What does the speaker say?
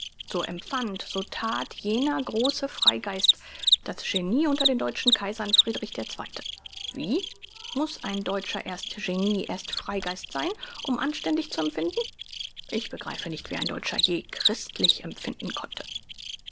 so empfand so that jener große freigeist das genie unter den deutschen kaisern friedrich der zweite wie muß ein deutscher erst genie erst freigeist sein um anständig zu empfinden ich begreife nicht wie ein deutscher je christlich empfinden konnte